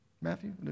Matthew